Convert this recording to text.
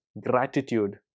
gratitude